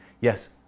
Yes